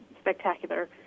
spectacular